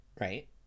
Right